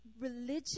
Religion